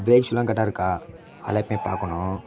break ஷூலாம் கரெக்டாக இருக்கா அதெலாம் போய் பார்க்கணும்